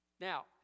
Now